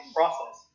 process